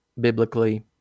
biblically